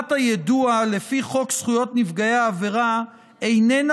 חובת היידוע לפי חוק זכויות נפגעי עבירה איננה